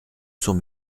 sont